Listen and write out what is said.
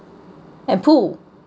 and poo